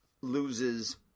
loses